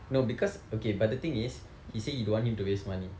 no because okay but the thing is he say he don't want him to waste money